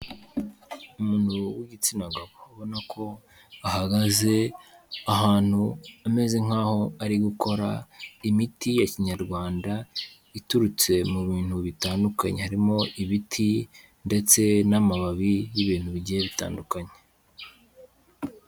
Umuntu w'igitsina gabo ubona ko ahagaze ahantu ameze nkaho ari gukora imiti ya Kinyarwanda iturutse mu bintu bitandukanye, harimo ibiti ndetse n'amababi y'ibintu bigiye bitandukanye.